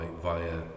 via